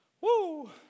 Woo